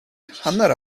hanner